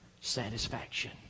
satisfaction